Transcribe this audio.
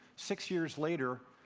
six years later,